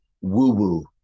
woo-woo